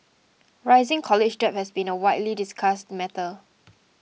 rising college debt has been a widely discussed matter